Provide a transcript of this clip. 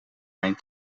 mijn